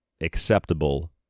acceptable